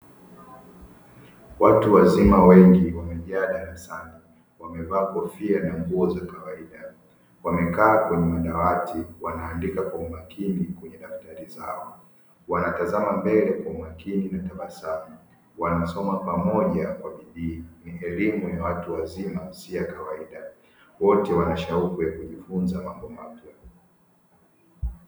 Watu wazima wengi wamejaa darasani wamevaa kofia na nguo za kawaida wamekaa kwenye madawati wanaandika kwa makini kwenye daftari zao; wanatazama mbele kwa makini na tabasamu, wanasoma pamoja na kwa bidii. Elimu ya watu wazima si ya kawaida, wote wana shauku ya kujifunza mambo mapya.